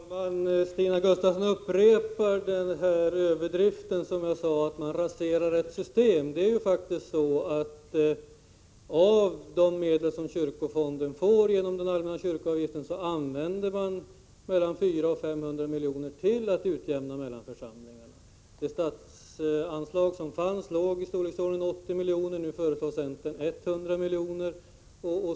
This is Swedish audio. Herr talman! Stina Gustavsson upprepar överdriften att man raserar ett system. Av de medel som kyrkofonden får genom den allmänna kyrkoavgiften använder man mellan 400 och 500 miljoner till att utjämna olikheterna mellan församlingarna. Det statsanslag som fanns var av storleksordningen 80 miljoner — nu föreslår centern 100 miljoner.